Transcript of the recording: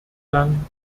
lang